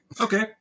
okay